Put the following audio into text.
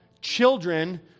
children